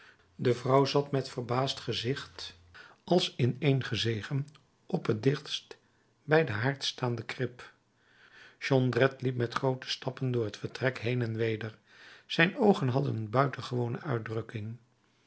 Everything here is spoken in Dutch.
de vrouw zat met verbaasd gezicht als ineengezegen op de het dichtst bij den haard staande krib jondrette liep met groote stappen door het vertrek heen en weder zijn oogen hadden een buitengewone uitdrukking